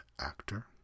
actor